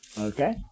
Okay